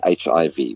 HIV